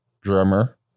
drummer